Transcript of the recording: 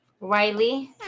Riley